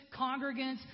congregants